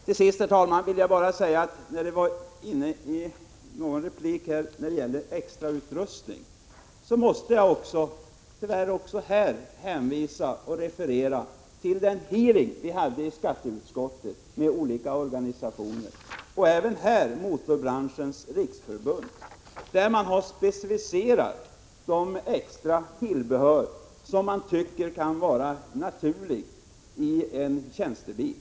Till sist, herr talman, vill jag kommentera det som sades i någon replik om extra utrustning. Tyvärr måste jag också på den punkten hänvisa till den hearing med olika organisationer vi hade i skatteutskottet, och även här vill jag referera till Motorbranschens riksförbund, som specificerat de extra tillbehör som det kan vara naturligt att ha i en tjänstebil.